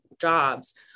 jobs